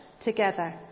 together